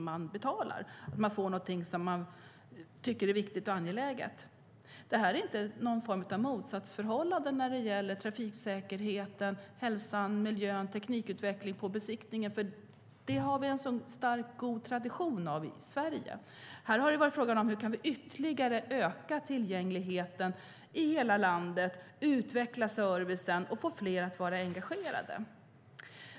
Detta står inte i motsatsförhållande till trafiksäkerheten, hälsan, miljön eller teknikutvecklingen på besiktningen. Sådant har vi en stark och god tradition av i Sverige. Här har det gällt hur vi ytterligare kan öka tillgängligheten i hela landet, utveckla servicen och få fler att vara engagerade.